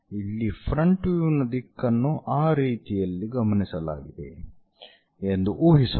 ಇಲ್ಲಿ front view ನ ದಿಕ್ಕನ್ನು ಆ ರೀತಿಯಲ್ಲಿ ಗಮನಿಸಲಾಗಿದೆ ಎಂದು ಊಹಿಸೋಣ